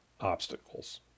obstacles